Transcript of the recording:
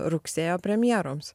rugsėjo premjeroms